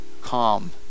calm